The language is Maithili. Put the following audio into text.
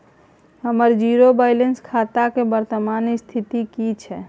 हमर जीरो बैलेंस खाता के वर्तमान स्थिति की छै?